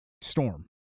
storm